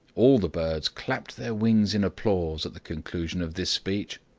all the birds clapped their wings in applause at the conclusion of this speech,